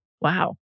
Wow